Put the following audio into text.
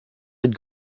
i’d